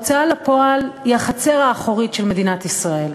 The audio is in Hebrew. ההוצאה לפועל היא החצר האחורית של מדינת ישראל.